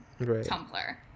Tumblr